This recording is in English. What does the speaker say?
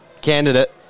Candidate